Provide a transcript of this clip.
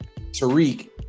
Tariq